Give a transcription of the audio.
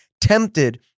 tempted